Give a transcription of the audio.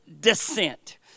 descent